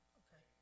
okay